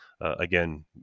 again